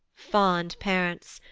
fond parents,